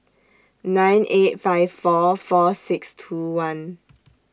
nine eight five four four six two one